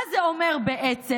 מה זה אומר בעצם,